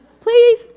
Please